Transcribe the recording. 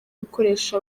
gukoresha